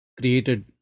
created